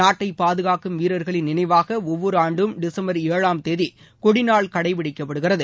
நாட்டை பாதுகாக்கும் வீரர்களின் நினைவாக ஒவ்வொரு ஆண்டும் டிசம்பா ஏழாம் தேதி கொடிநாள் கடைபிடிக்கப்படுகிறது